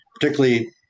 particularly